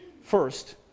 First